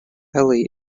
eli